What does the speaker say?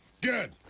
Good